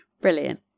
Brilliant